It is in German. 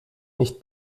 nicht